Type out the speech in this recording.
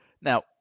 Now